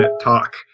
talk